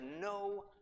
no